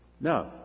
No